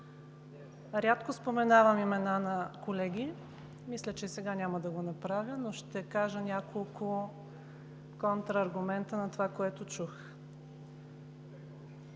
Рядко споменавам имена на колеги. Мисля, че и сега няма да го направя, но ще кажа няколко контрааргумента на това, което чух.